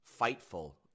FIGHTFUL